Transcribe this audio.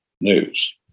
News